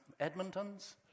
Edmontons